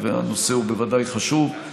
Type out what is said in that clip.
והנושא הוא בוודאי חשוב,